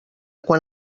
quan